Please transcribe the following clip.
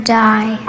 die